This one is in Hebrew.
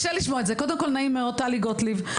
נעים מאוד, טלי גוטליב.